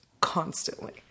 constantly